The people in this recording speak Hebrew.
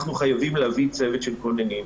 אנחנו חייבים להביא צוות של כוננים,